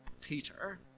Peter